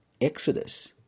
Exodus